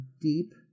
deep